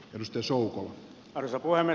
risto suhonen arto koemme